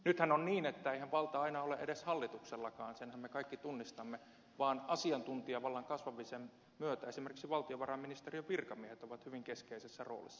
nythän on niin että eihän valta aina ole edes hallituksellakaan senhän me kaikki tunnistamme vaan asiantuntijavallan kasvamisen myötä esimerkiksi valtiovarainministeriön virkamiehet ovat hyvin keskeisessä roolissa